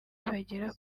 bagera